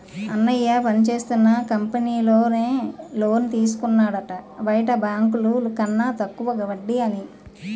అన్నయ్య పనిచేస్తున్న కంపెనీలో నే లోన్ తీసుకున్నాడట బయట బాంకుల కన్న తక్కువ వడ్డీ అని